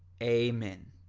amen.